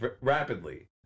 rapidly